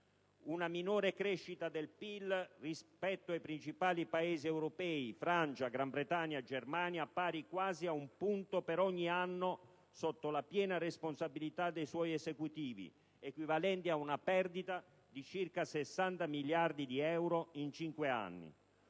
una minore crescita del PIL rispetto ai principali Paesi europei (Francia, Gran Bretagna, Germania), pari quasi a un punto per ogni anno sotto la piena responsabilità dei suoi Esecutivi, equivalenti a una perdita di circa 60 miliardi di euro in cinque anni;